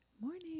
Morning